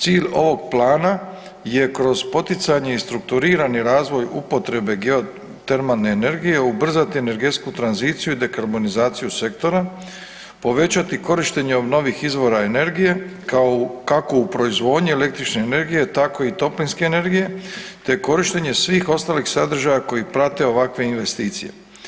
Cilj ovog plana je kroz poticanje i strukturirani razvoj upotrebe geotermalne energije ubrzati energetsku tranziciju i dekarbonizaciju sektora, povećati korištenje obnovljivih izvora energija kako u proizvodnji električne energije, tako i toplinske energije, te korištenje svih ostalih sadržaja koji prate ovakve investicije.